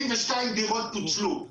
72 דירות פוצלו,